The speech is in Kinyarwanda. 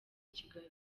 kigali